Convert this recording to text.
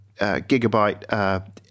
gigabyte